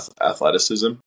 athleticism